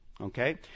Okay